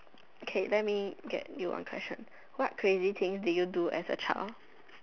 okay let me get you on question what crazy things did you do as a child